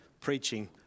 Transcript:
preaching